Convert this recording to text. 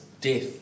death